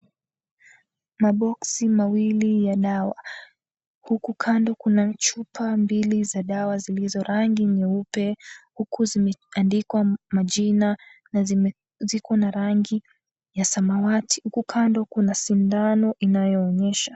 Maboksi mawili ya dawa, huku kando kuna chupa mbili za dawa zilizo rangi nyeupe huku zimeandikwa majina na ziko na rangi ya samawati. Huku kando kuna sindano inayoonyesha.